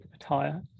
attire